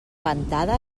ventada